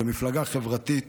כמפלגה חברתית